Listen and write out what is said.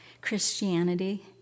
Christianity